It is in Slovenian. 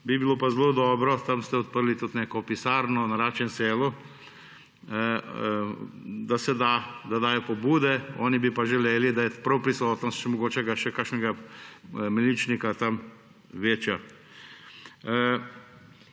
Bi bilo pa zelo dobro, tam ste odprli tudi neko pisarno na Račjem selu, da dajo pobude; oni bi pa želeli, da je prav prisotnost mogoče še kakšnega miličnika tam večja.